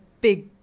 big